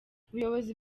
ubuyobozi